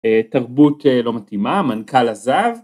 תרבות לא מתאימה, מנכ"ל עזב